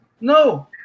No